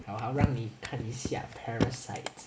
I'll I'll 让你看一下 parasite